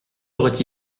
aurait